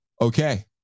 okay